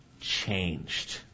changed